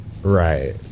Right